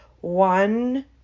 one